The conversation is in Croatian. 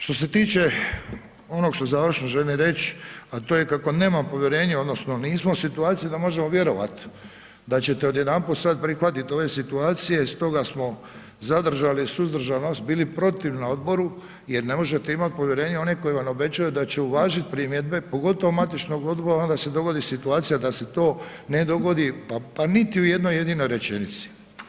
Što se tiče onog što završno želim reć, a to je kako nemam povjerenje odnosno nismo u situaciji da možemo vjerovat da ćete odjedanput sad prihvatit ove situacije, stoga smo zadržali suzdržanost bili protiv na odboru jer ne možete imati povjerenje u one koji vam obećaju da će uvažit primjedbe, pogotovo matičnog odbora, onda se dogodi situacija da se to ne dogodi, pa niti u jednoj jedinoj rečenici.